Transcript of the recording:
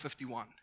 51